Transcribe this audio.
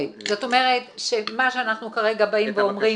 מה שאנחנו כרגע באים ואומרים,